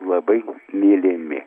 labai mylimi